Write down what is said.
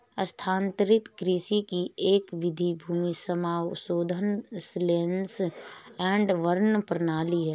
स्थानांतरित कृषि की एक विधि भूमि समाशोधन स्लैश एंड बर्न प्रणाली है